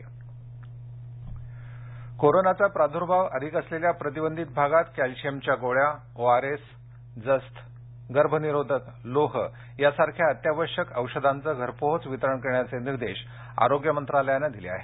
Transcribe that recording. आरोग्य सचना कोरोनाचा प्रादुर्भाव अधिक असलेल्या प्रतिबंधित भागात कॅल्शियमच्या गोळ्या ओआरएस जस्त गर्भ निरोधक लोह यासारख्या अत्यावश्यक औषधांचं घरपोहोच वितरण करण्याचे निर्देश आरोग्य मंत्रालयानं दिले आहेत